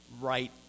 right